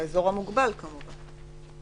באזור המוגבל, כמובן.